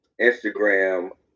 Instagram